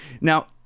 Now